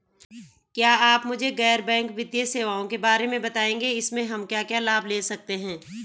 क्या आप मुझे गैर बैंक वित्तीय सेवाओं के बारे में बताएँगे इसमें हम क्या क्या लाभ ले सकते हैं?